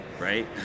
Right